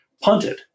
punted